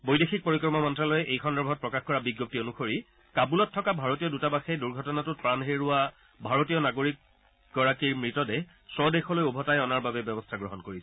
বৈদেশিক পৰিক্ৰমা মন্তালয়ে এই সন্দৰ্ভত প্ৰকাশ কৰা বিজপ্তি অনুসৰি কাবুলত থকা ভাৰতীয় দূতাবাসে দূৰ্ঘটনাটোত প্ৰাণ হেৰুওৱা ভাৰতীয় নাগৰিকগৰাকীৰ মৃতদেহ স্বদেশলৈ উভতাই অনাৰ বাবে ব্যৱস্থা গ্ৰহণ কৰিছে